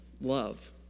love